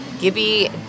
Gibby